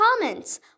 comments